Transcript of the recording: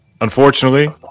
Unfortunately